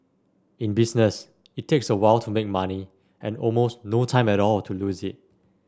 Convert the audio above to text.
in business it takes a while to make money and almost no time at all to lose it